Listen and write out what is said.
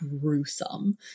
gruesome